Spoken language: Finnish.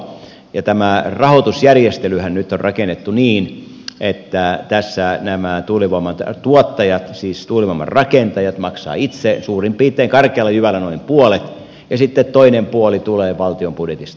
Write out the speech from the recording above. ja tämä rahoitusjärjestelyhän nyt on rakennettu niin että tässä nämä tuulivoimatuottajat siis tuulivoiman rakentajat maksavat itse suurin piirtein karkealla jyvällä noin puolet ja sitten toinen puoli tulee valtion budjetista